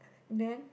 then